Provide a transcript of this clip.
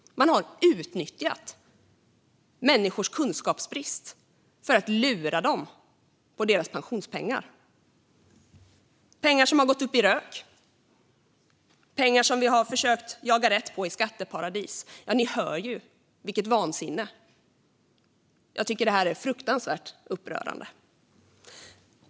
Man har utnyttjat människors kunskapsbrist för att lura dem på deras pensionspengar. Det är pengar som har gått upp i rök. Det är pengar som vi har försökt att jaga rätt på i skatteparadis. Ni hör ju vilket vansinne det är. Jag tycker att det är fruktansvärt upprörande.